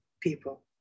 people